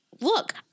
Look